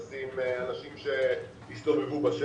לשים אנשים שיסתובבו בשטח.